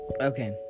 Okay